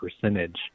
percentage